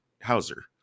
Hauser